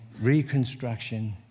reconstruction